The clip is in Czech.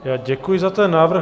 Já děkuji za ten návrh.